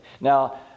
Now